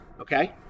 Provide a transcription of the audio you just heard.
okay